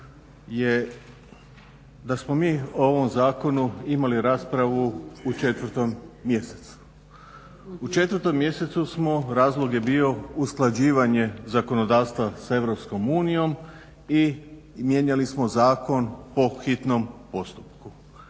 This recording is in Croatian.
je da smo mi o ovom zakonu imali raspravu u 4 mjesecu. U 4 mjesecu smo, razlog je bio usklađivanje zakonodavstva sa EU i mijenjali smo zakon po hitnom postupku.